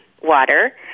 water